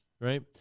right